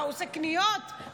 מה, הוא עושה קניות בקניון?